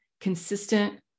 consistent